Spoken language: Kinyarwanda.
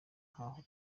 ntako